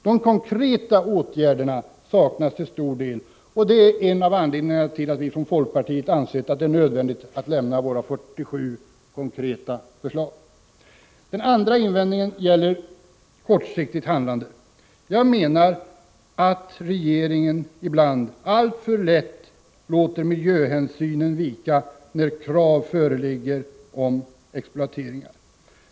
Men de konkreta åtgärderna saknas till stor del, och det är en av anledningarna till att vi från folkpartiet har ansett det nödvändigt att lägga fram våra 47 konkreta förslag. Den andra invändningen gäller kortsiktigt handlande. Jag menar att regeringen alltför lätt låter miljöhänsynen vika när krav föreligger om exploateringar.